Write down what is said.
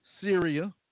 Syria